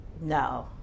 No